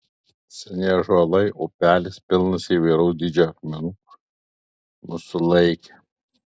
seni ąžuolai upelis pilnas įvairaus dydžio akmenų mus sulaikė